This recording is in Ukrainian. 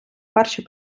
перший